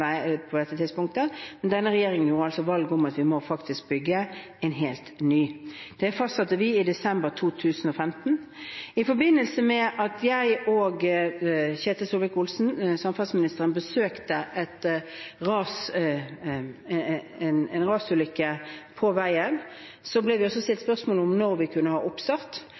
dette tidspunktet, men denne regjeringen gjorde altså valget om at vi faktisk må bygge en helt ny. Det fastsatte vi i desember 2015. I forbindelse med at jeg og Ketil Solvik-Olsen, samferdselsministeren, besøkte en rasulykke på veien, ble vi også stilt spørsmål om når vi kunne ha oppstart,